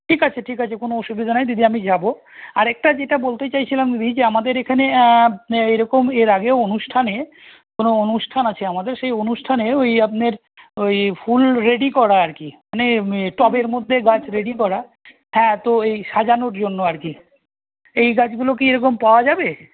ঠিক আছে ঠিক আছে কোনো অসুবিধা নেই দিদি আমি যাব আর একটা যেটা বলতে চাইছিলাম দিদি যে আমাদের এখানে এরকম এর আগেও অনুষ্ঠানে কোনো অনুষ্ঠান আছে আমাদের সেই অনুষ্ঠানে ওই আপনার ওই ফুল রেডি করা আর কি মানে টবের মধ্যে গাছ রেডি করা হ্যাঁ তো ওই সাজানোর জন্য আর কি এই গাছগুলো কি এরকম পাওয়া যাবে